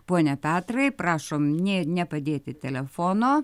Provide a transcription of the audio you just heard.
pone petrai prašom nė nepadėti telefono